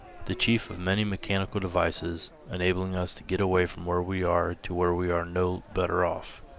the chief of many mechanical devices enabling us to get away from where we are to where we are no better off.